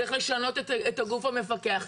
צריך לשנות את הגוף המפקח.